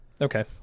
Okay